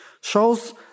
shows